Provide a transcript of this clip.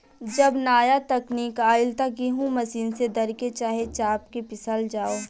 जब नाया तकनीक आईल त गेहूँ मशीन से दर के, चाहे चाप के पिसल जाव